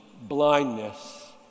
blindness